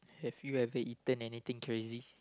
have you ever eaten anything crazy